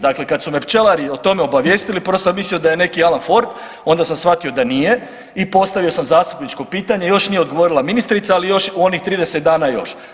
Dakle kad su me pčelari o tome obavijestili, prvo sam mislio da je neki Alan Ford, onda sam shvatio da nije i postavio sam zastupničko pitanje, još nije odgovorila ministrica, ali još u onih 30 još.